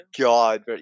God